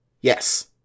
Yes